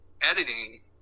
editing